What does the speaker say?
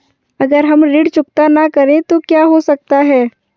अगर हम ऋण चुकता न करें तो क्या हो सकता है?